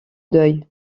deuil